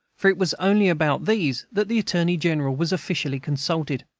for it was only about these that the attorney-general was officially consulted.